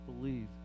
believe